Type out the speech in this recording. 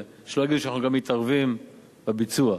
שלא יגידו שאנחנו גם מתערבים בביצוע,